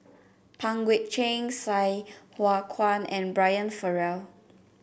Pang Guek Cheng Sai Hua Kuan and Brian Farrell